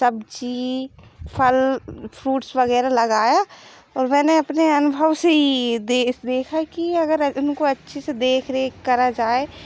सब्ज़ी फल फ्रूट्स वग़ैरह लगाया मैंने अपने अनुभव से इ देखा कि अगर उनको अच्छे से देख रेख करा जाए